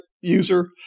user